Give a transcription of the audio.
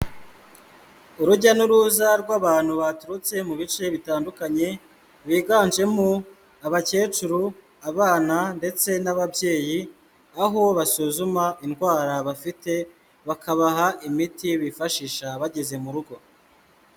Urujya n'uruza rw'abantu baturutse mu bice bitandukanye, biganjemo abakecuru, abana ndetse n'ababyeyi, aho basuzuma indwara bafite, bakabaha imiti bifashisha bageze mu rugo.